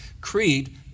creed